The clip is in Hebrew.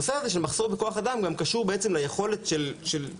הנושא הזה של מחסור בכוח אדם בעצם קשור גם ליכולת של החברה